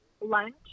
lunch